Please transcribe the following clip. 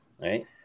right